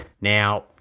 Now